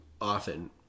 often